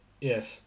Yes